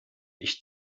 ich